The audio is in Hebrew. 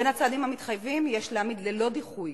בין הצעדים המתחייבים: יש להעמיד ללא דיחוי